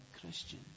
Christian